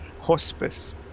hospice